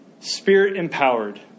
spirit-empowered